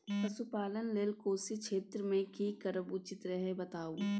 पशुपालन लेल कोशी क्षेत्र मे की करब उचित रहत बताबू?